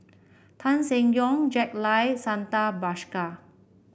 Tan Seng Yong Jack Lai Santha Bhaskar